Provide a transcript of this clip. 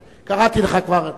אבל כבר קראתי לך.